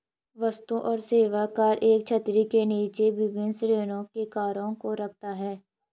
वस्तु और सेवा कर एक छतरी के नीचे विभिन्न श्रेणियों के करों को रखता है